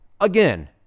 Again